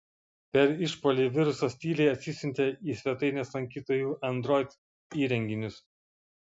per išpuolį virusas tyliai atsisiuntė į svetainės lankytojų android įrenginius